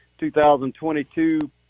2022